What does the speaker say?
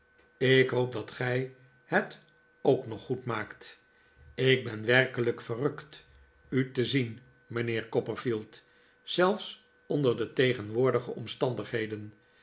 ik hoop dat gij het ook nog goed maakt ik ben werkelijk verrukt u te zien mijnheer copperfield zelfs onder de tegenwoordige omstandigheden